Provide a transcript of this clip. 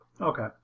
Okay